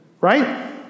Right